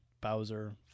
Bowser